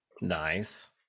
Nice